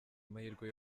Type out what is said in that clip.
amahirwe